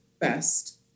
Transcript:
best